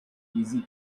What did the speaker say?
easy